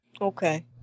Okay